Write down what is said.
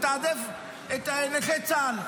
לתעדף את נכי צה"ל.